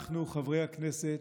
אנחנו חברי הכנסת